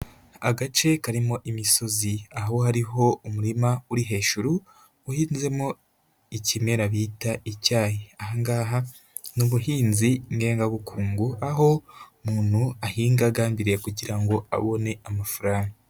Agace karimo imisozi aho hariho umurima uri hejuru uhinzemo ikimera bita icyayi, aha ngaha ni ubuhinzi ngengabukungu aho umuntu ahinga agambiriye kugira ngo abone amafaranga.